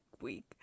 week